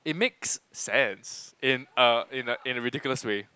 it makes sense in a in a in a ridiculous way